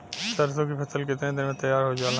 सरसों की फसल कितने दिन में तैयार हो जाला?